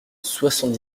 soixante